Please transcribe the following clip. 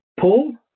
Paul